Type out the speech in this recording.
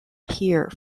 here